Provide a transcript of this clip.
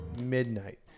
midnight